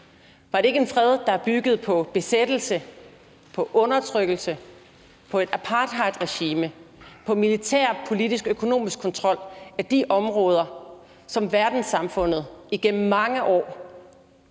Var det ikke en fred, der byggede på besættelse, på undertrykkelse, på et apartheidregime og på militær, politisk og økonomisk kontrol af de områder, som verdenssamfundet igennem mange år